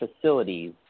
facilities